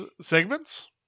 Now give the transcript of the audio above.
Segments